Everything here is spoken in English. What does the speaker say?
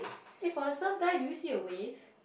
eh for the surf guy do you see a wave